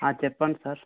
చెప్పండి సార్